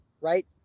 right